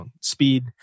speed